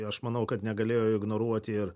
aš manau kad negalėjo ignoruoti ir